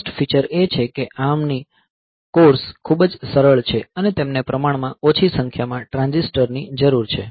first feature એ છે કે ARM ની કોર્સ ખૂબ જ સરળ છે અને તેમને પ્રમાણમાં ઓછી સંખ્યામાં ટ્રાન્ઝિસ્ટર ની જરૂર છે